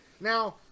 Now